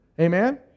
Amen